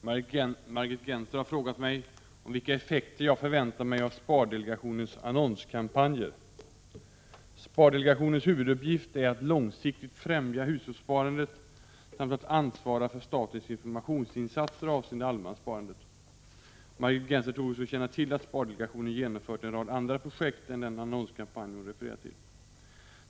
Herr talman! Margit Gennser har frågat mig om vilka effekter jag förväntar mig av spardelegationens annonskampanjer. Spardelegationens huvuduppgift är att långsiktigt främja hushållssparandet samt att ansvara för statens informationsinsatser avseende allemanssparandet. Margit Gennser torde också känna till att spardelegationen genomfört en rad andra projekt än den annonskampanj hon refererar till.